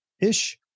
ish